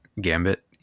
gambit